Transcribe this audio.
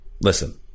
listen